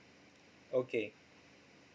okay